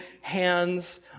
hands